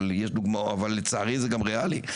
אבל לצערי זה גם ריאלי,